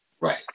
Right